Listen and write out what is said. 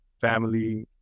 family